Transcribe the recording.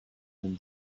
than